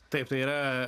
taip tai yra